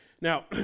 Now